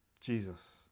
Jesus